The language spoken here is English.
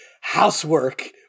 housework